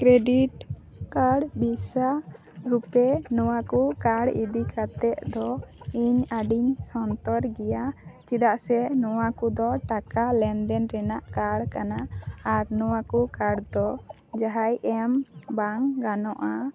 credit card visa RuPay ᱱᱚᱣᱟ ᱠᱚ card ᱤᱫᱤᱠᱟᱛᱮ ᱫᱚ ᱤᱧ ᱟ ᱰᱤᱧ ᱥᱚᱱᱛᱚᱨ ᱜᱮᱭᱟ ᱪᱮᱫᱟᱜ ᱥᱮ ᱱᱚᱣᱟ ᱠᱚᱫᱚ ᱴᱟᱠᱟ ᱞᱮᱱᱫᱮᱱ ᱨᱮᱱᱟᱜ ᱠᱟᱨᱰ ᱠᱟᱱᱟ ᱟᱨ ᱱᱚᱣᱟ ᱠᱚ ᱠᱟᱨᱰ ᱫᱚ ᱡᱟᱦᱟᱸᱭ ᱮᱢ ᱵᱟᱝ ᱜᱟᱱᱚᱜᱼᱟ